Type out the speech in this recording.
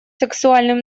сексуальным